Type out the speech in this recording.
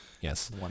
Yes